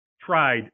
tried